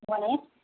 seven